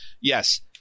yes